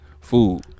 food